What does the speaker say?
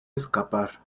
escapar